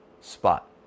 spot